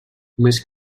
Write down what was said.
només